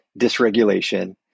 dysregulation